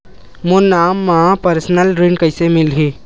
मोर नाम म परसनल ऋण कइसे मिलही?